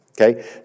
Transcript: okay